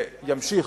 וימשיך